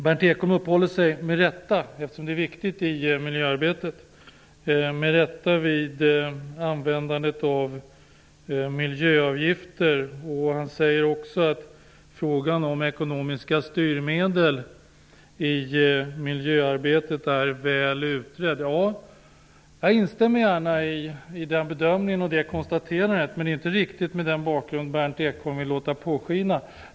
Berndt Ekholm uppehåller sig -- med rätta, eftersom det är viktigt i miljöarbetet -- vid användandet av miljöavgifter. Han säger också att frågan om ekonomiska styrmedel i miljöarbetet är väl utredd. Jag instämmer gärna i den bedömningen. Men detta har inte riktigt den bakgrund som Berndt Ekholm vill låta påskina. Herr talman!